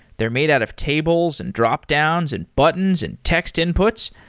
they're made out of tables, and dropdowns, and buttons, and text inputs.